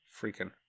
freaking